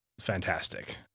fantastic